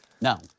No